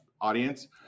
audience